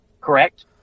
correct